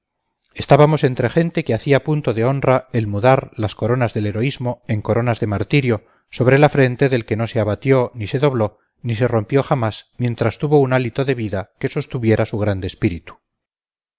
estábamos entre gente que hacía punto de honra el mudar las coronas del heroísmo en coronas de martirio sobre la frente del que no se abatió ni se dobló ni se rompió jamás mientras tuvo un hálito de vida que sostuviera su grande espíritu